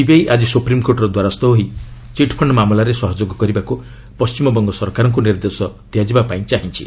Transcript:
CBI ଆଜି ସୁପ୍ରିମ୍କୋର୍ଟର ଦ୍ୱାରସ୍ଥ ହୋଇ ଚିଟ୍ଫଣ୍ଡ ମାମଲାରେ ସହଯୋଗ କରିବାକୁ ପଣ୍ଟିମବଙ୍ଗ ସରକାରଙ୍କୁ ନିର୍ଦ୍ଦେଶ ଦିଆଯିବା ପାଇଁ ଚାହିଁଛି